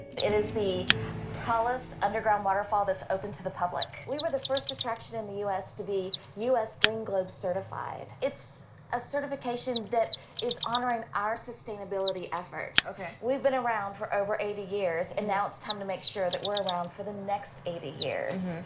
it is the tallest underground waterfall that is open to the public. we were the first attraction in the u s. to be u s. green globe certified. it's a certification that is honoring our sustainability efforts. okay. we've been around for over eighty years and now it's time to make sure that we're around for the next eighty years.